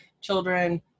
children